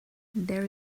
there